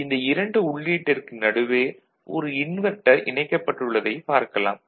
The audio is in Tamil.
மேலும் இந்த இரண்டு உள்ளீட்டிற்கு நடுவே ஒரு இன்வெர்ட்டர் இணைக்கப்பட்டுள்ளதைப் பார்க்கலாம்